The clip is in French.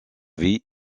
vit